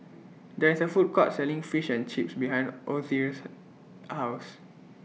There IS A Food Court Selling Fish and Chips behind Dozier's House